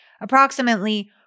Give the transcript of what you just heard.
Approximately